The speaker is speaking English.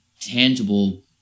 tangible